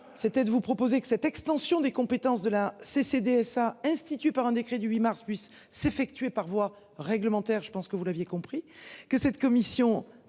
c'était de vous proposer que cette extension des compétences de la ces CDS a institué par un décret du 8 mars puisse s'effectuer par voie réglementaire. Je pense que vous l'aviez compris